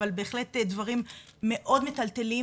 אבל בהחלט דברים מאוד מטלטלים,